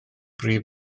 brif